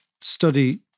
study